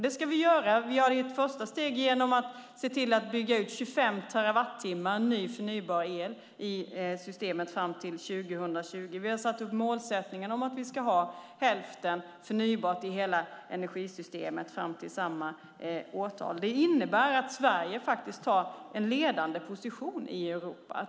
Det gör vi i ett första steg genom att se till att bygga ut 25 terawattimmar ny förnybar el i systemet fram till 2020. Vi har som målsättning att ha hälften förnybart i hela energisystemet fram till samma årtal. Det innebär att Sverige har en ledande position i Europa.